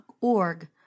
org